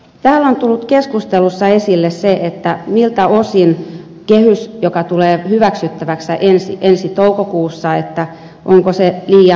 täällä on tullut keskustelussa esille se että jos kehys tulee hyväksyttäväksi ensi toukokuussa onko se liian aikaisin